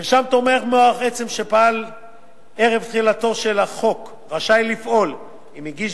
מרשם תורמי מוח עצם שפעל ערב תחילתו של החוק רשאי לפעול אם הגיש